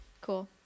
Cool